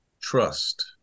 trust